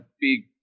big